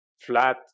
flat